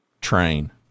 Train